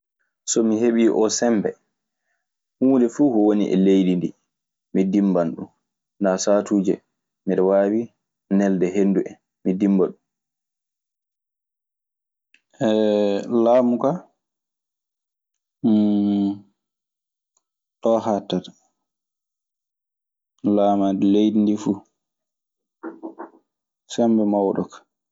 So mi heɓii osembe, huunde fuu ko woni e leydi ndii, ,i dinban ɗun. Naa saatuuje, miɗe waawi nelde henndu en, mi dinba ɗun.